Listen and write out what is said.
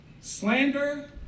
slander